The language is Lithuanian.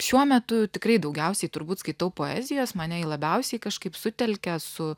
šiuo metu tikrai daugiausiai turbūt skaitau poezijos mane ji labiausiai kažkaip sutelkia su